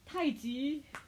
太极